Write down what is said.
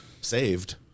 saved